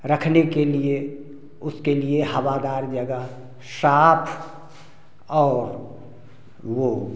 रखने के लिए उसके लिए हवादार जगह साफ और वो